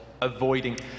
avoiding